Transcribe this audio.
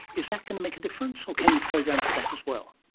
is that going to make a difference or can you program for that as well?